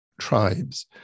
tribes